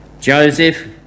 Joseph